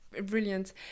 Brilliant